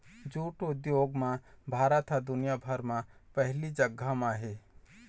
jute उद्योग म भारत ह दुनिया भर म पहिली जघा म हे